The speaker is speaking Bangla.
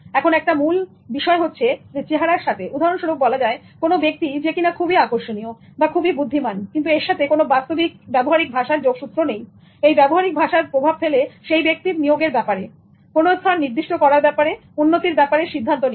এখন এখানে মূল বিষয়টা হচ্ছে চেহারার সাথে উদাহরণস্বরূপ বলা যায় কোন ব্যক্তি যে কিনা খুবই আকর্ষণীয় বাহ খুবই বুদ্ধিমানকিন্তু এর সাথে কোন বাস্তবিক এই ব্যবহারিক ভাষার যোগসূত্র নেই কিন্তু এই ব্যবহারিক ভাষার প্রভাব ফেলে সেই ব্যক্তির নিয়োগের ব্যাপারে কোন স্থান নির্দিষ্ট করার ব্যাপারে উন্নতির ব্যাপারে সিদ্ধান্ত নিতে